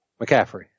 McCaffrey